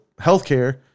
healthcare